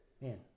Man